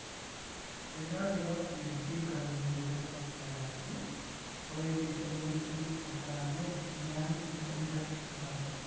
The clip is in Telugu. ఎడారులలో గడ్డి కవర్ను ఏర్పాటు చేయడానికి ఉపయోగించే నో టిల్ పరికరాన్నే ల్యాండ్ ఇంప్రింటర్ అంటారు